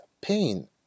pain